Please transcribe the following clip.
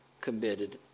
committed